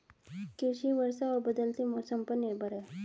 कृषि वर्षा और बदलते मौसम पर निर्भर है